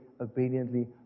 obediently